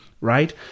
right